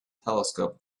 telescope